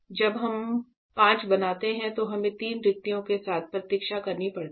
जब हम 5 बनाते हैं तो हमें तीन रिक्तियों के बीच प्रतीक्षा करनी पड़ती है